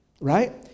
right